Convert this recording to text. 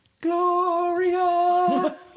Gloria